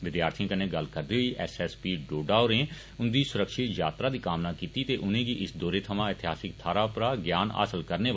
विद्यार्थिएं कन्नै गल्ल करदे होई एसएसपी डोडा होरें उंदी सुरक्षत यात्रा दी कामना कीती ते उनेंगी इस दौरे थमां एतिहासक थाहरें परा ज्ञान हासल करने बारे आक्खेआ